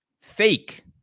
fake